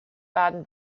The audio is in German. baden